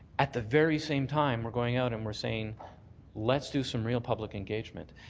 at the very same time, we're going out and we're saying let's do some real public engagement,